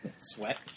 Sweat